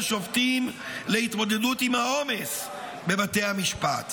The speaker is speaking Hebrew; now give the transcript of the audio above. שופטים להתמודדות עם העומס בבתי המשפט,